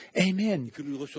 Amen